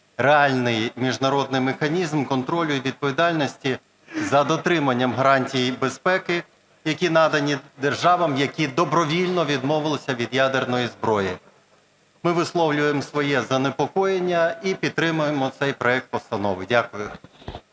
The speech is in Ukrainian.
реальний міжнародний механізм контролю і відповідальності за дотриманням гарантій безпеки, які надані державам, які добровільно відмовилися від ядерної зброї. Ми висловлюємо своє занепокоєння і підтримуємо цей проект постанови. Дякую.